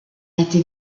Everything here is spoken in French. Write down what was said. été